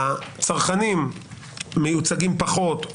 הצרכנים מיוצגים פחות,